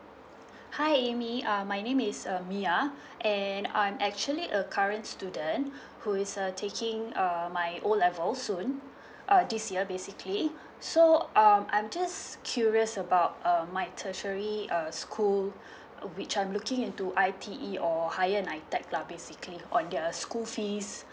hi amy uh my name is uh mya and I'm actually a current student who is a taking uh my O level soon uh this year basically so um I'm just curious about um my tertiary uh school which I'm looking into I_T_E or higher nitec lah basically on their school fees